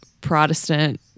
Protestant